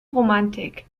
romantik